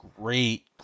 great